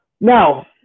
Now